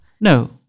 No